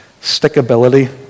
stickability